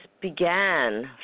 began